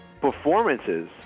Performances